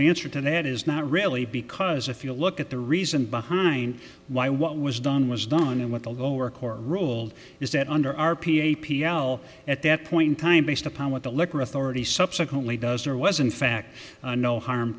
the answer to that is not really because if you look at the reason behind why what was done was done and what the lower court ruled is that under r p a p l at that point in time based upon what the liquor authority subsequently does or was in fact no harm